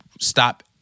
stop